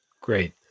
Great